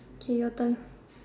okay your turn